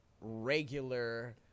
regular